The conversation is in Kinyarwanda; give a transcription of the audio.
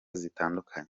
zitandukanye